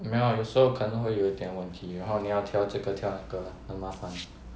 没有 ah 有时候可能会有一点问题然后你要调这个调那个很麻烦